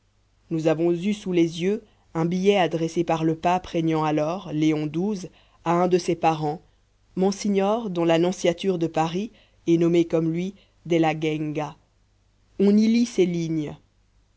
nous avons eu sous les yeux un billet adressé par le pape régnant alors léon xii à un de ses parents monsignor dans la nonciature de paris et nommé comme lui della genga on y lit ces lignes